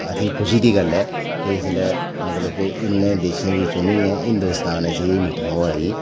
अति खुशी दी गल्ल ऐ कि इसलै मतलब कि इन्ने देशें गी चुनियै हिंदोस्तान च एह् मीटिंग होआ दी